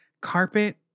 Carpet